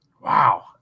Wow